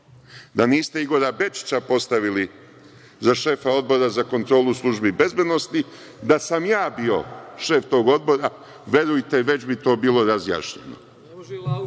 Da niste Igora Bečića postavili za šefa Odbora za kontrolu službi bezbednosti, da sam ja bio šef tog Odbora verujte, već bi to bilo razjašnjeno.(Čedomir